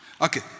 okay